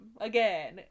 Again